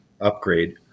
upgrade